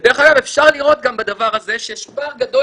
אפשר לראות גם בדבר הזה שיש פער גדול